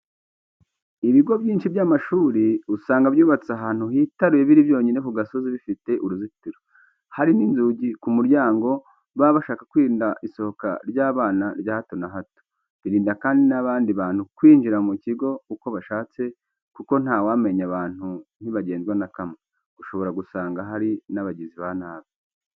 Ku bigo byinshi by'amashuri, usanga byubatse ahantu hitaruye biri byonyine ku gasozi bifite uruzitiro. Hariho n'inzugi ku muryango baba bashaka kwirinda isohoka ry'abana rya hato na hato. Birinda kandi n'abandi bantu kwinjira mu kigo uko bashatse kuko ntawamenya abantu ntibagenzwa na kamwe, ushobora gusanga harimo n'abagizi ba nabi.